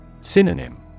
Synonym